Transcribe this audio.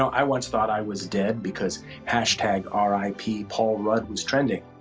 i once thought i was dead, because hashtag r i p. paul rudd was trending.